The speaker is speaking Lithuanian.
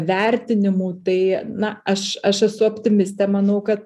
vertinimų tai na aš aš esu optimistė manau kad